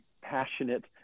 passionate